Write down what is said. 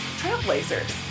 trailblazers